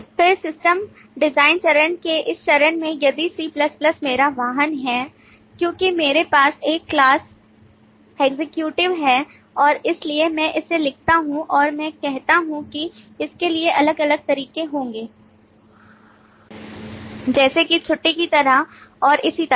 फिर system design चरण के इस चरण में यदि C मेरा वाहन है क्योंकि मेरे पास एक क्लास एग्जीक्यूटिव है और इसलिए मैं इसे लिखता हूं और मैं कहता हूं कि इसके लिए अलग अलग तरीके होंगे जैसे कि छुट्टी की तरह और इसी तरह